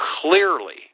clearly